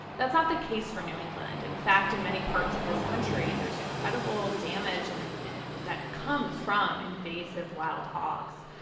that's not the case for new england. in fact, in many parts of this country there's incredible damage and and that comes from invasive wild hogs.